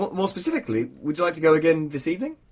but more specifically, would you like to go again this evening?